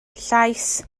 llais